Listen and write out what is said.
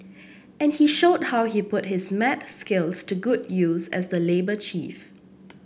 and he showed how he put his maths skills to good use as the labour chief